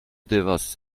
devas